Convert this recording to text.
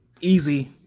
easy